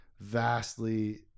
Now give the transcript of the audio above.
vastly